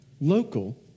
local